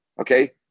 okay